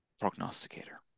prognosticator